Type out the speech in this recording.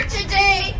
today